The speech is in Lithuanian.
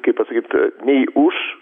kitaip pasakyt nei už